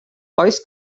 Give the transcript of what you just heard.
oes